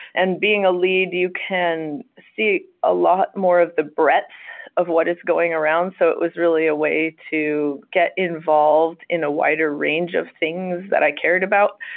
and being a lead, you can see a lot more of the breadth of what is going around. so it was really a way to get involved in a wider range of things that i cared about,